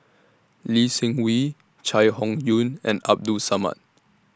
Lee Seng Wee Chai Hon Yoong and Abdul Samad